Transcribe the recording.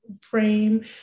frame